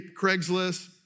Craigslist